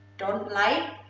don't like,